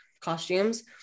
costumes